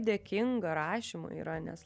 dėkinga rašymui yra nes